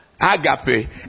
agape